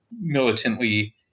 militantly